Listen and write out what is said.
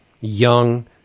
young